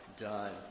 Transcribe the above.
done